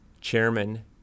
Chairman